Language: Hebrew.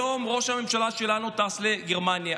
היום ראש הממשלה שלנו טס לגרמניה.